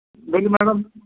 ਨਹੀਂ ਨਹੀਂ ਮੈਡਮ